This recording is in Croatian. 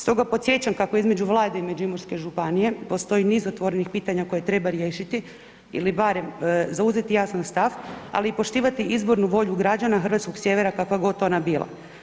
Stoga podsjećam kako između Vlade i Međimurske županije postoji niz otvorenih pitanja koje treba riješiti ili barem zauzeti jasan stav, ali i poštivati izbornu volju građana hrvatskog sjevera kakva god to ona bila.